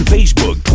Facebook